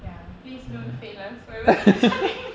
ya please don't fail us whoever's listening